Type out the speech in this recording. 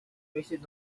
wasted